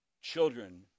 children